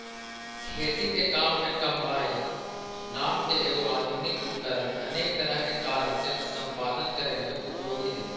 खेती के काम में कम्बाइन नाम के एगो आधुनिक उपकरण अनेक तरह के कारम के सम्पादन करे में उपयोगी हई